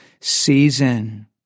season